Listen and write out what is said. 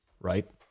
right